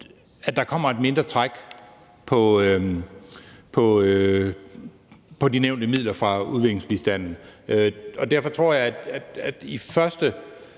at der kommer et mindre træk på de nævnte midler fra udviklingsbistanden. Derfor tror jeg, at vi i det